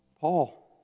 Paul